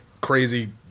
crazy